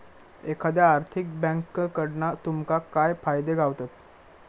एखाद्या आर्थिक बँककडना तुमका काय फायदे गावतत?